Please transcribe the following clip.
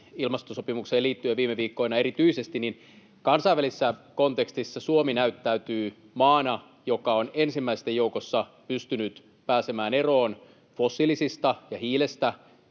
ilmastosopimukseen liittyen erityisesti viime viikkoina, niin kansainvälisessä kontekstissa Suomi näyttäytyy maana, joka on ensimmäisten joukossa pystynyt pääsemään eroon fossiilisista ja hiilestä